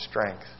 strength